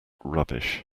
rubbish